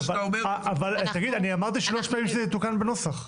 אבל אני אמרתי שלוש פעמים שזה יתוקן בנוסח.